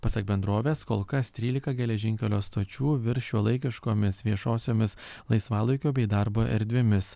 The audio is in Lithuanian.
pasak bendrovės kol kas trylika geležinkelio stočių virs šiuolaikiškomis viešosiomis laisvalaikio bei darbo erdvėmis